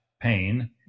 pain